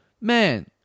man